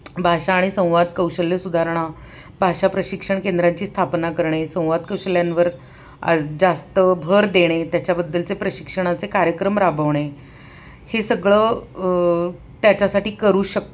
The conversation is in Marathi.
भाषा आणि संवाद कौशल्य सुधारणा भाषा प्रशिक्षण केंद्रांची स्थापना करणे संवाद कौशल्यांवर जास्त भर देणे त्याच्याबद्दलचे प्रशिक्षणाचे कार्यक्रम राबवणे हे सगळं त्याच्यासाठी करू शकतो